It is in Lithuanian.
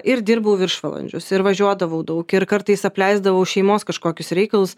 ir dirbau viršvalandžius ir važiuodavau daug ir kartais apleisdavau šeimos kažkokius reikalus